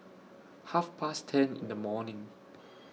Half Past ten in The morning